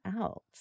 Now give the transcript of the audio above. out